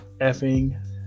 effing